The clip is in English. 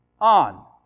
on